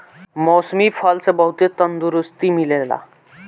मौसमी फल से बहुते तंदुरुस्ती मिलेला